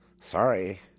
Sorry